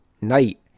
night